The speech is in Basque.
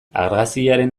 argazkiaren